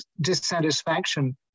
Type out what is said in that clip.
dissatisfaction